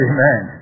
Amen